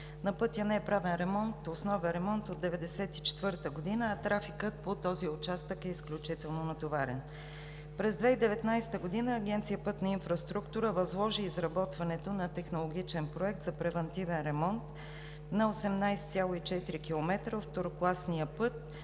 На пътя не е правен основен ремонт от 1994 г., а трафикът по този участък е изключително натоварен. През 2019 г. Агенция „Пътна инфраструктура“ възложи изработване на технологичен проект за превантивен ремонт на 18,4 км от второкласния път